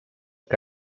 que